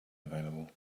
available